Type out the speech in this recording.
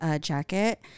jacket